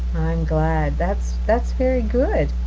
glad, that's that's very good.